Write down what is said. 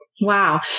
Wow